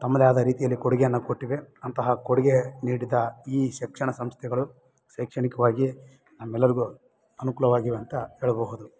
ತಮ್ಮದೇ ಆದ ರೀತಿಯಲ್ಲಿ ಕೊಡುಗೆಯನ್ನ ಕೊಟ್ಟಿವೆ ಅಂತಹ ಕೊಡುಗೆ ನೀಡಿದ ಈ ಶಿಕ್ಷಣ ಸಂಸ್ಥೆಗಳು ಶೈಕ್ಷಣಿಕ್ವಾಗಿ ನಮ್ಮೆಲರಿಗೂ ಅನುಕೂಲವಾಗಿವೆ ಅಂತ ಹೇಳಬಹುದು